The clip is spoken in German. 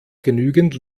genügend